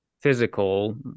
physical